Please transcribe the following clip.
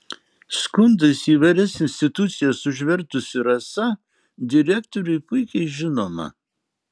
skundais įvairias institucijas užvertusi rasa direktoriui puikiai žinoma